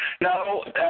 No